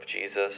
Jesus